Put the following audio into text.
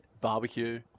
barbecue